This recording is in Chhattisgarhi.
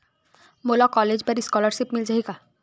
मोला कॉलेज बर स्कालर्शिप मिल जाही का?